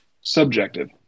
Subjective